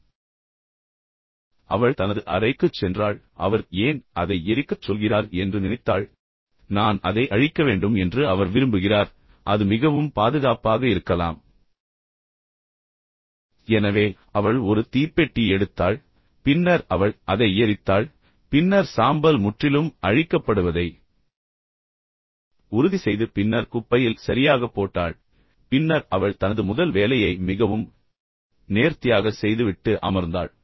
அவள் ஆவணத்தை எடுத்தாள் அவள் தனது அறைக்குச் சென்றாள் அவர் ஏன் என்னை அதை எரிக்கச் சொல்கிறார் என்று நினைத்தாள் எனவே நான் அதை அழிக்க வேண்டும் என்று அவர் விரும்புகிறார் அது மிகவும் பாதுகாப்பாக இருக்கலாம் எனவே அவள் ஒரு தீப்பெட்டி எடுத்தாள் பின்னர் அவள் அதை எரித்தாள் பின்னர் சாம்பல் முற்றிலும் அழிக்கப்படுவதை உறுதிசெய்து பின்னர் குப்பையில் சரியாக போட்டாள் பின்னர் அவள் தனது முதல் வேலையை மிகவும் நேர்த்தியாகச் செய்து விட்டு அமர்ந்தாள்